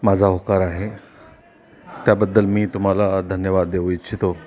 माझा होकार आहे त्याबद्दल मी तुम्हाला धन्यवाद देऊ इच्छितो